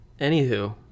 anywho